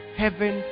heaven